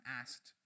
asked